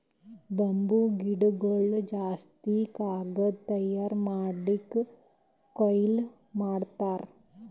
bamboo ಗಿಡಗೊಳ್ ಜಾಸ್ತಿ ಕಾಗದ್ ತಯಾರ್ ಮಾಡ್ಲಕ್ಕೆ ಕೊಯ್ಲಿ ಮಾಡ್ತಾರ್